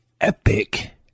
epic